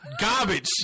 garbage